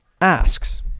asks